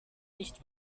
nicht